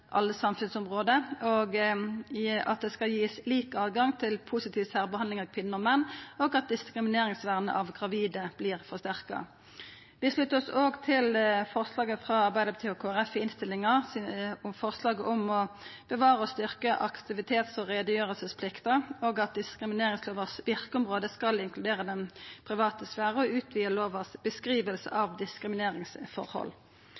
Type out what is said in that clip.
alle samfunnsområde, at ein skal kunna gi positiv særbehandling av kvinner og menn, og at diskrimineringsvernet av gravide vert forsterka. Vi sluttar oss òg til forslaget frå Arbeidarpartiet og Kristeleg Folkeparti i innstillinga om å bevara og styrkja aktivitetsplikta og plikta til å gjera greie for likestillingstiltak, at verkeområdet for diskrimineringslova skal inkludera den private sfæren, og at ein skal